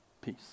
peace